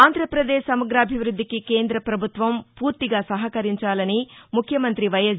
ఆంధ్రప్రదేశ్ సమగ్రాభివృద్దికి కేంద్రప్రభుత్వం పూర్తిగా సహకరించాలని ముఖ్యమంత్రి వైఎస్